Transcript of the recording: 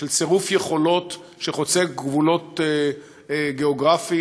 של צירוף יכולות שחוצה גבולות גיאוגרפיים